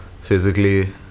physically